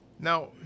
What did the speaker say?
Now